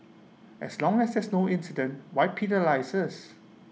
as long as there's no incident why penalise us